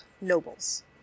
nobles